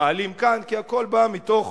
מעלים כאן, כי הכול בא מתוך